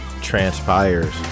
transpires